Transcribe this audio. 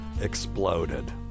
exploded